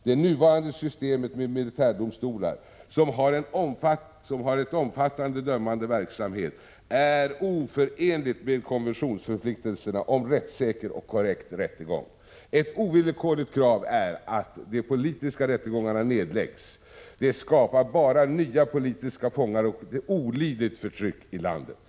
Det nuvarande systemet med militärdomstolar, som har en omfattande dömande verksamhet, är oförenligt med konventionsförpliktelserna om rättssäker och korrekt rättegång. Ett ovillkorligt krav är att de politiska rättegångarna nedläggs. De skapar bara nya politiska fångar och ett olidligt förtryck i landet.